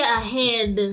ahead